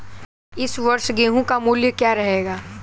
इस वर्ष गेहूँ का मूल्य क्या रहेगा?